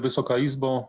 Wysoka Izbo!